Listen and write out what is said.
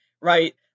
Right